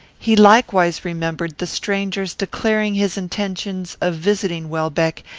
he likewise remembered the stranger's declaring his intention of visiting welbeck,